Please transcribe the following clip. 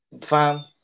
fam